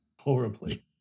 Horribly